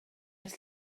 ers